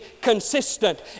consistent